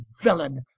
villain